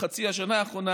בחצי השנה האחרונה,